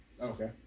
Okay